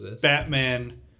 Batman